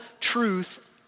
truth